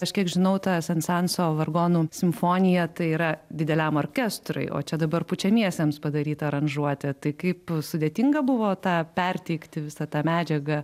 aš kiek žinau ta sensanso vargonų simfonija tai yra dideliam orkestrui o čia dabar pučiamiesiems padaryta aranžuotė tai kaip sudėtinga buvo tą perteikti visą tą medžiagą